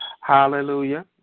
Hallelujah